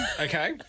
Okay